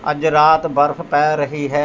ਅੱਜ ਰਾਤ ਬਰਫ਼ ਪੈ ਰਹੀ ਹੈ